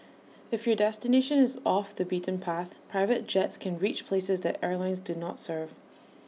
if your destination is off the beaten path private jets can reach places that airlines do not serve